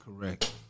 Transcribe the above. Correct